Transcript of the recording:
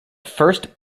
first